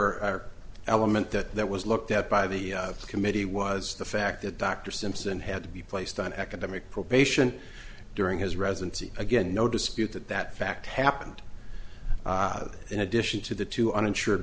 or element that that was looked at by the committee was the fact that dr simpson had to be placed on academic probation during his residency again no dispute that that fact happened in addition to the two uninsured